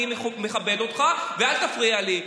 אני מכבד אותך, ואל תפריע לי.